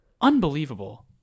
Unbelievable